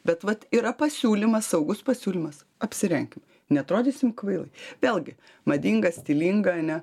bet vat yra pasiūlymas saugus pasiūlymas apsirenkim neatrodysim kvailai vėlgi madinga stilinga ane